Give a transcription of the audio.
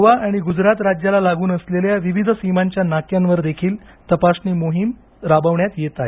गोवा आणि गुजराथ राज्याला लागून असलेल्या विविध सीमांवर विविध नाक्यांवर देखील तपासणी मोहीम राबवण्यात येत आहे